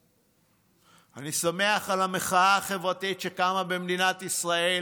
אני שמח על המחאה החברתית שקמה במדינת ישראל